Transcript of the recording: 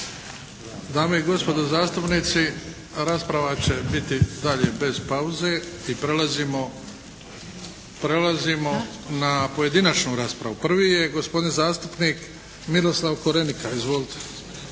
Dame i gospodo zastupnici, rasprava će biti dalje bez pauze. Prelazimo na pojedinačnu raspravu. Prvi je gospodin zastupnik Miroslav Korenika. Izvolite.